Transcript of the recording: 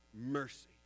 mercy